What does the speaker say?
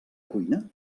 cuina